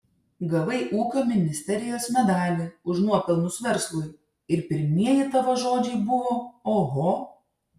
gavai ūkio ministerijos medalį už nuopelnus verslui ir pirmieji tavo žodžiai buvo oho